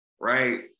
Right